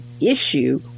issue